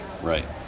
right